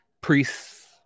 priests